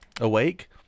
awake